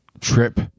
trip